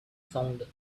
sound